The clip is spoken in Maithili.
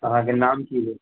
अहाँके नाम की भेल